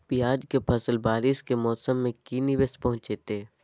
प्याज के फसल बारिस के मौसम में की निवेस पहुचैताई?